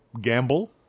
gamble